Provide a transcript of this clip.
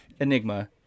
Enigma